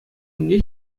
умне